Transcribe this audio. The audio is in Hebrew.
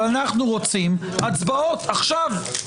אבל אנחנו רוצים הצבעות עכשיו.